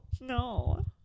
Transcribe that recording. No